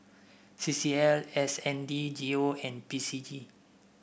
C C L N S D G O and P C G